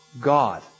God